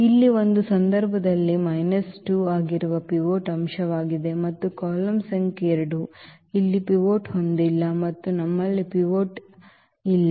ಇಲ್ಲಿ ಇದು ಈ ಸಂದರ್ಭದಲ್ಲಿ ಮೈನಸ್ 2 ಆಗಿರುವ ಪಿವೋಟ್ ಅಂಶವಾಗಿದೆ ಮತ್ತು ಕಾಲಮ್ ಸಂಖ್ಯೆ ಎರಡು ಇಲ್ಲಿ ಪಿವೋಟ್ ಹೊಂದಿಲ್ಲ ಮತ್ತು ನಮ್ಮಲ್ಲಿ ಪಿವೋಟ್ ಇಲ್ಲ